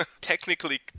Technically